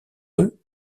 eux